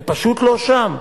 אני פשוט לא שם.